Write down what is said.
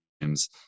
games